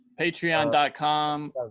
patreon.com